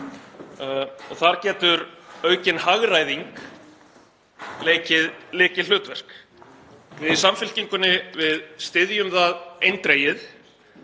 og þar getur aukin hagræðing leikið lykilhlutverk. Við í Samfylkingunni styðjum það eindregið